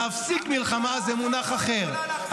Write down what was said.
להפסיק מלחמה זה מונח אחר.